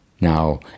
Now